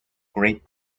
great